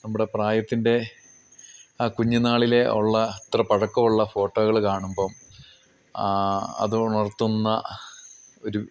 നമ്മുടെ പ്രായത്തിൻ്റെ ആ കുഞ്ഞുനാളിലെ ഉള്ള അത്ര പഴക്കം ഉള്ള ഫോട്ടോകൾ കാണുമ്പം അതുണർത്തുന്ന ഒരു